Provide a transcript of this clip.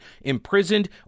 imprisoned